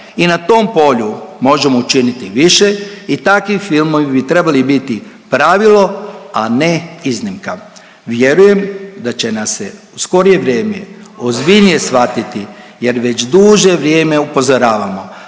I na tom polju možemo učiniti više i takvi filmovi bi trebali biti pravilo, a ne iznimka. Vjerujem da će nas se u skorije vrijeme ozbiljnije shvatiti jer već duže vrijeme upozoravamo,